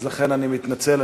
אז לכן אני מתנצל,